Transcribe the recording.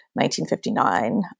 1959